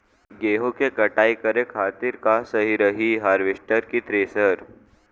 गेहूँ के कटाई करे खातिर का सही रही हार्वेस्टर की थ्रेशर?